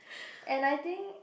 and I think